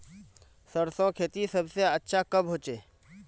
सरसों खेती सबसे अच्छा कब होचे?